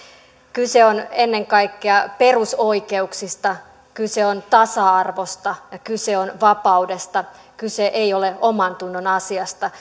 kyse on ennen kaikkea perusoikeuksista kyse on tasa arvosta ja kyse on vapaudesta kyse ei ole omantunnon asiasta